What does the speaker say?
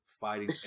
fighting